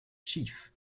chief